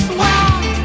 wow